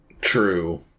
True